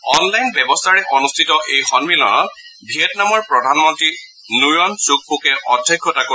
online ব্যৱস্থাৰে অনুষ্ঠিত এই সম্মিলনত ভিয়েটনামৰ প্ৰধানমন্তী নূয়ন ছুক ফুকে অধ্যক্ষতা কৰিব